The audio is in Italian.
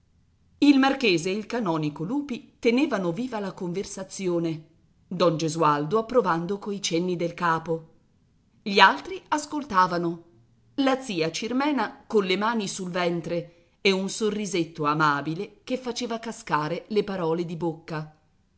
il marchese e il canonico lupi tenevano viva la conversazione don gesualdo approvando coi cenni del capo gli altri ascoltavano la zia cirmena con le mani sul ventre e un sorrisetto amabile che faceva cascare le parole di bocca